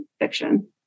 fiction